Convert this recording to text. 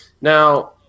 Now